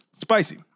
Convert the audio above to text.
Spicy